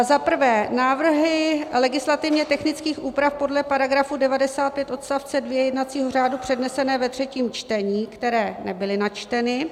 Zaprvé návrhy legislativně technických úprav podle § 95 odst. 2 jednacího řádu přednesené ve třetím čtení, které nebyly načteny.